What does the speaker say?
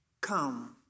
come